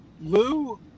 Lou